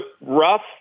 rough